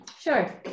Sure